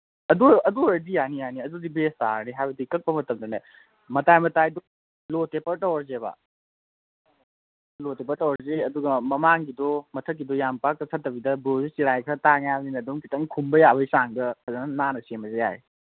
ꯑꯗꯨ ꯑꯗꯨ ꯑꯣꯏꯔꯗꯤ ꯌꯥꯅꯤ ꯌꯥꯅꯤ ꯑꯗꯨꯗꯤ ꯕꯦꯁ ꯇꯥꯔꯅꯤ ꯍꯥꯏꯕꯗꯤ ꯀꯛꯄ ꯃꯇꯝꯗꯅꯦ ꯃꯇꯥꯏ ꯃꯇꯥꯏꯗꯨ ꯂꯣ ꯇꯞꯄꯔ ꯇꯧꯔꯁꯦꯕ ꯂꯣ ꯇꯞꯄꯔ ꯇꯧꯔꯁꯤ ꯑꯗꯨꯒ ꯃꯃꯥꯡꯗꯨꯒꯤ ꯃꯊꯛꯀꯤꯗꯣ ꯌꯥꯝ ꯄꯥꯛ ꯀꯛꯊꯠꯇꯕꯤꯗ ꯕ꯭ꯔꯣꯁꯦ ꯆꯤꯔꯥꯏ ꯈꯔ ꯇꯥꯡꯉꯦ ꯍꯥꯏꯕꯅꯤꯅ ꯑꯗꯨꯝ ꯈꯤꯇꯪ ꯈꯨꯝꯕ ꯌꯥꯕꯒꯤ ꯆꯥꯡꯗ ꯐꯖꯅ ꯅꯥꯟꯅ ꯁꯦꯝꯃꯁꯦ ꯌꯥꯏ